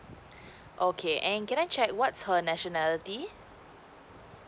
okay and can I check what's her nationality